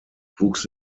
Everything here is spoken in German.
wuchs